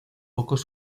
pocos